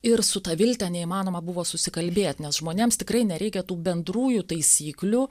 ir su ta vilte neįmanoma buvo susikalbėt nes žmonėms tikrai nereikia tų bendrųjų taisyklių